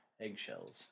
eggshells